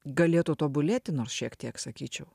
gali tobulėti nors šiek tiek sakyčiau